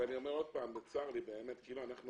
ואני אומר עוד פעם באמת כאילו אנחנו